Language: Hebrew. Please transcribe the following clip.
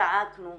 צעקנו,